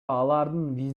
алардын